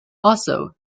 also